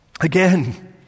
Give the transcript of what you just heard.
Again